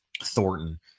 Thornton